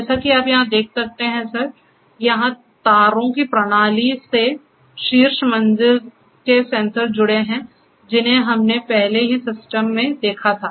जैसा कि आप यहां देख सकते हैं सर यहां तारों की प्रणाली से शीर्ष मंजिल के सेंसर जुड़े हुए हैं जिन्हें हमने पहले ही सिस्टम में देखा था